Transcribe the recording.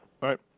right